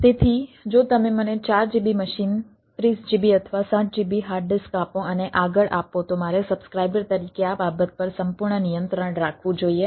તેથી જો તમે મને 4 GB મશીન 30 GB અથવા 60 GB હાર્ડ ડિસ્ક આપો અને આગળ આપો તો મારે સબ્સ્ક્રાઈબર તરીકે આ બાબત પર સંપૂર્ણ નિયંત્રણ રાખવું જોઈએ